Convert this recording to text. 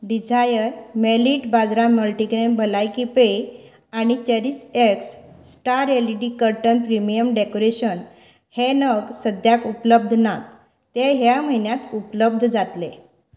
Dzire millet बाजरा multigrain भलायकी पेय आणी चॅरीसएक्स star LED curtain premium decoration हे नग सद्याक उपलब्ध नात तें ह्या म्हयन्यात उपलब्ध जातलें